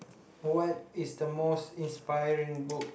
what is the most inspiring book